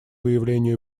выявлению